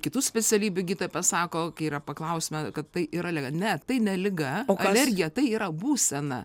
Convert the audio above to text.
kitų specialybių gydytojai pasako kai yra paklausiama kad tai yra liga ne tai ne liga o alergija tai yra būsena